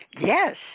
Yes